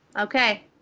okay